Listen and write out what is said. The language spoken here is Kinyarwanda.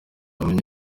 bamenya